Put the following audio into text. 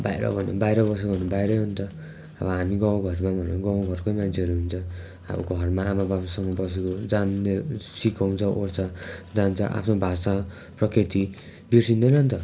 बाहिर बाहिर बसेको भनेको बाहिरै हो नि त अब हामी गाउँघरमा भनेको गौँघरकै मान्छेहरू हुन्छ अब घरमा आमा बाबुसँग बसेको जान्ने सिकाउँछ ओर्छ जान्छ आफ्नो भाषा प्रकृति बिर्सिँदैन नि त